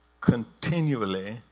continually